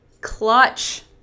clutch